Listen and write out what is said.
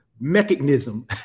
mechanism